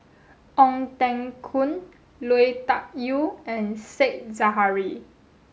Ong Teng Koon Lui Tuck Yew and Said Zahari